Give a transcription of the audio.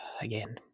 again